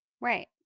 Right